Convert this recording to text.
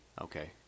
Okay